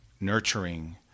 nurturing